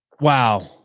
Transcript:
Wow